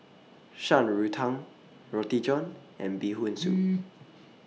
Shan Rui Tang Roti John and Bee Hoon Soup